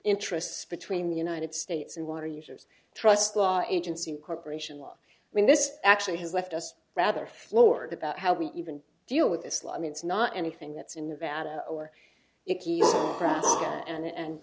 interests between the united states and water users trust law agency corporation law i mean this actually has left us rather floored about how we even deal with this law i mean it's not anything that's in nevada or icky and